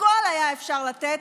הכול היה אפשר לתת,